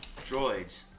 droids